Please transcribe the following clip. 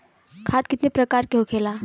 खाद कितने प्रकार के होखेला?